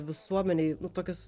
visuomenėj tokius